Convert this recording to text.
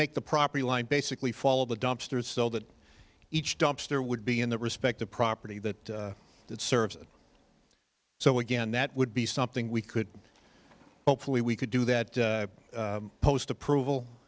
make the property line basically follow the dumpsters so that each dumpster would be in the respect the property that it serves so again that would be something we could hopefully we could do that post approval